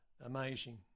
amazing